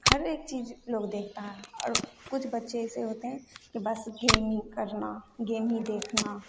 हर एक चीज़ लोग देखता है और कुछ बच्चे ऐसे होते हैं कि बस गेम ही करना गेम ही देखना